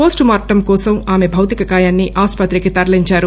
postmortem కోసం ఆమె భౌతిక కాయాన్సి ఆసుపత్రికి తలించారు